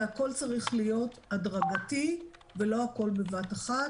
הכול צריך להיות הדרגתי ולא הכול בבת אחת,